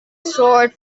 sword